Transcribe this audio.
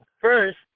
first